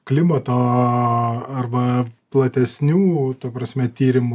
klimato arba platesnių ta prasme tyrimų